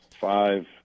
Five